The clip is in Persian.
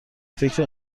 فکر